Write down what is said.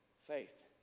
Faith